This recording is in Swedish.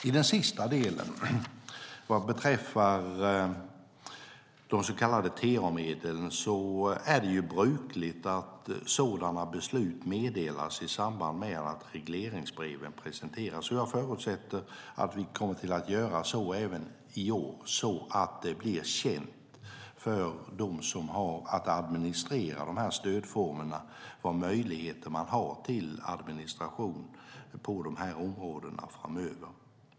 I den sista delen, vad beträffar de så kallade TA-medlen, är det brukligt att sådana beslut meddelas i samband med att regleringsbreven presenteras. Jag förutsätter att vi kommer att göra så även i år, så att det blir känt för dem som har att administrera stödformerna vilka möjligheter man har till administration på de här områdena framöver.